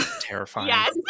Terrifying